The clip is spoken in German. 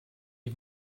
die